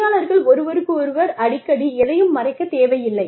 பணியாளர்கள் ஒருவருக்கொருவர் அடிக்கடி எதையும் மறைக்கத் தேவையில்லை